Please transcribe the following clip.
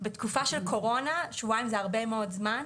בתקופה של קורונה, שבועיים זה הרבה מאוד זמן.